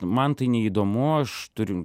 man tai neįdomu aš turiu